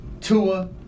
Tua